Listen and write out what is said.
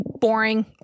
boring